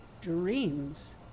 dreams